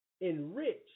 Enrich